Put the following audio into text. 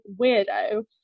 weirdo